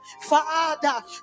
Father